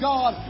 God